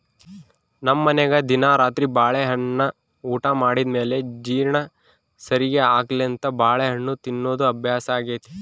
ನಮ್ಮನೆಗ ದಿನಾ ರಾತ್ರಿ ಬಾಳೆಹಣ್ಣನ್ನ ಊಟ ಮಾಡಿದ ಮೇಲೆ ಜೀರ್ಣ ಸರಿಗೆ ಆಗ್ಲೆಂತ ಬಾಳೆಹಣ್ಣು ತಿನ್ನೋದು ಅಭ್ಯಾಸಾಗೆತೆ